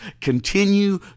continue